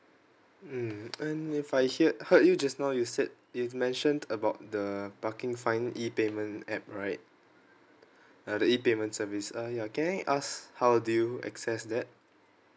mm and if I hear heard you just now you said you've mentioned about the parking fine E payment app right uh the payment service ah ya can I ask how do you access that